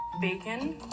Bacon